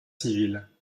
civile